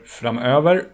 framöver